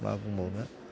मा बुंबावनो